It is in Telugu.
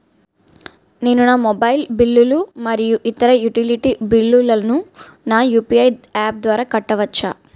నేను నా మొబైల్ బిల్లులు మరియు ఇతర యుటిలిటీ బిల్లులను నా యు.పి.ఐ యాప్ ద్వారా కట్టవచ్చు